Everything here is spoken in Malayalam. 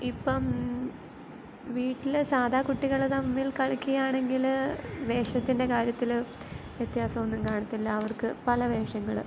ഇപ്പം വീട്ടിൽ സാധാ കുട്ടികൾ തമ്മിൽ കളിക്കുകയാണെങ്കിൽ വേഷത്തിൻ്റെ കാര്യത്തിൽ വ്യത്യാസമൊന്നും കാണത്തില്ല അവർക്ക് പല വേഷങ്ങൾ